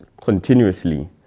continuously